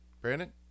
Brandon